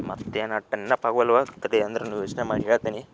ಮತ್ತೇನು ಆಟ ನೆನಪು ಆಗಲ್ಲವೋ ತಡಿ ಅಂದ್ರೆ ಯೋಚನೆ ಮಾಡಿ ಹೇಳ್ತೇನೆ